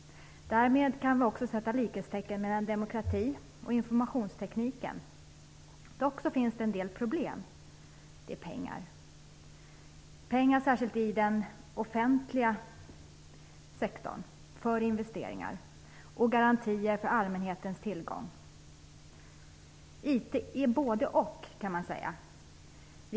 Därmed kan vi också sätta likhetstecken mellan demokrati och informationsteknik. Det finns dock en del problem, nämligen pengar, särskilt i den offentliga sektorn, för investeringar och för garantier för att allmänheten får tillgång till den. Man kan säga att IT är både och.